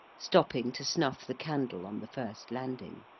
stopping to snuff the candle on the first landing.